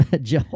Joe